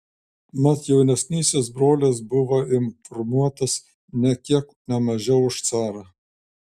mat jaunesnysis brolis buvo informuotas nė kiek ne mažiau už carą